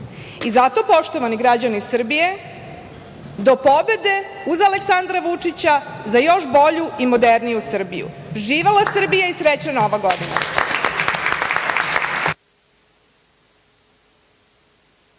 i zato, poštovani građani Srbije, do pobede uz Aleksandra Vučića za još bolju i moderniju Srbiju. Živela Srbija i srećna Nova godina!